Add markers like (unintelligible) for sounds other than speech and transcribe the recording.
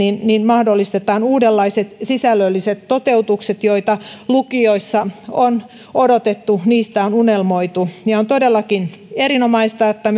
mahdollistetaan uudenlaiset sisällölliset toteutukset joita lukioissa on odotettu ja joista on unelmoitu on todellakin erinomaista että (unintelligible)